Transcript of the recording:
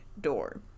door